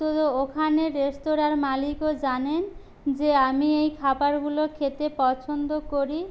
তো ওখানের রেস্তোরাঁর মালিকও জানেন যে আমি এই খাবারগুলো খেতে পছন্দ করি